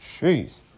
Jeez